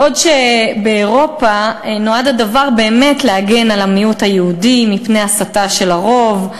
בעוד באירופה נועד הדבר באמת להגן על המיעוט היהודי מפני הסתה של הרוב,